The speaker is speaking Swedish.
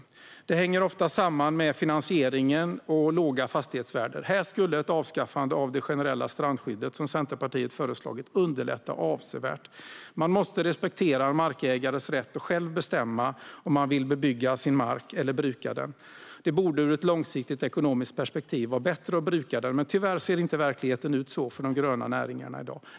Detta hänger ofta samman med finansiering och låga fastighetsvärden. Här skulle ett avskaffande av det generella strandskyddet, som Centerpartiet har föreslagit, underlätta avsevärt. Man måste respektera en markägares rätt att själv bestämma om man vill bebygga sin mark eller bruka den. Det borde ur ett långsiktigt ekonomiskt perspektiv vara bättre att bruka den, men tyvärr ser inte verkligheten ut så för de gröna näringarna i dag.